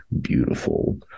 beautiful